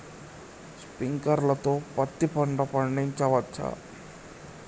Sprinkler తో పత్తి పంట పండించవచ్చా?